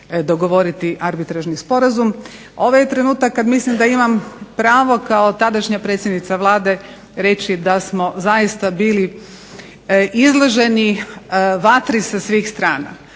dogovoriti arbitražni sporazum ovo je trenutak kada mislim da imam pravo kao tadašnja predsjednica Vlade reći da smo zaista bili izloženi vatri sa svih strana.